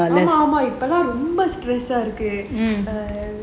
ஆமா இப்பெல்லாம் ரொம்ப:aamaa ippellaam romba stress இருக்கு:iruku